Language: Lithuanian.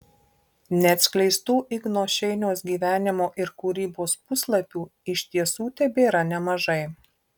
neatskleistų igno šeiniaus gyvenimo ir kūrybos puslapių iš tiesų tebėra nemažai